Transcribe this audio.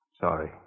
Sorry